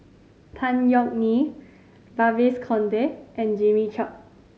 Tan Yeok Nee Babes Conde and Jimmy Chok